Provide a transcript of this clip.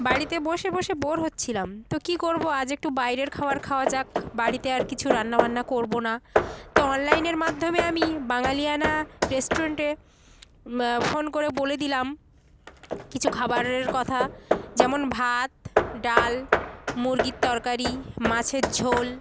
বাড়িতে বসে বসে বোর হচ্ছিলাম তো কী করবো আজ একটু বাইরের খাবার খাওয়া যাক বাড়িতে আর কিছু রান্নাবান্না করবো না তো অনলাইনের মাধ্যমে আমি বাঙালিয়ানা রেস্টুরেন্টে ফোন করে বলে দিলাম কিছু খাবারের কথা যেমন ভাত ডাল মুরগির তরকারি মাছের ঝোল